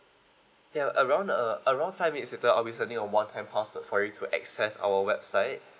ya around uh around five minutes later I'll be sending a one time password for you to access our website